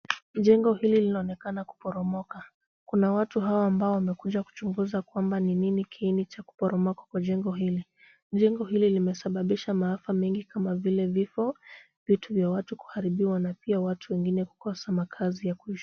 Jengo hili linaonekana kuporomoka. Kuna watu hawa ambao wamekuja kuchunguza kwamba ni nini kiini cha kuporomoka kwa jengo hili. Jengo hili limesababisha maafa mengi kama vile vifo, vitu vya watu kuharibiwa na pia watu wengine kukosa makaazi ya kuishi.